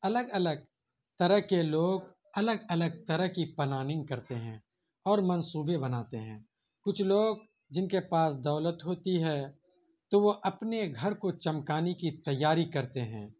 الگ الگ طرح کے لوگ الگ الگ طرح کی پلاننگ کرتے ہیں اور منصوبے بناتے ہیں کچھ لوگ جن کے پاس دولت ہوتی ہے تو وہ اپنے گھر کو چمکانے کی تیاری کرتے ہیں